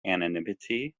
anonymity